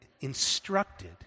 instructed